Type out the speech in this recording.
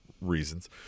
reasons